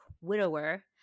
widower